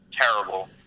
terrible